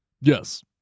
Yes